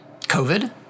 covid